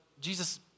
Jesus